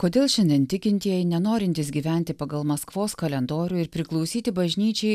kodėl šiandien tikintieji nenorintys gyventi pagal maskvos kalendorių ir priklausyti bažnyčiai